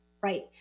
right